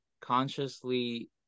consciously